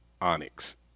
Onyx